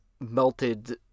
melted